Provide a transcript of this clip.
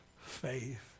faith